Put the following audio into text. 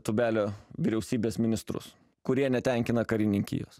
tūbelio vyriausybės ministrus kurie netenkina karininkijos